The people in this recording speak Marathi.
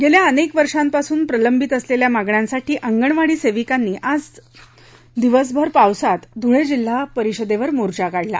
गेल्या अनेक वर्षापासून प्रलंबित असलेल्या मागण्यासाठी अंगणवाडी सेविकांनी आज भर पावसात ध्रळे जिल्हा परिषदेवर मोर्चा काढला